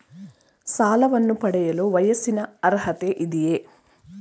ಸಾಲವನ್ನು ಪಡೆಯಲು ವಯಸ್ಸಿನ ಅರ್ಹತೆ ಇದೆಯಾ?